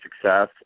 success